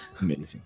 amazing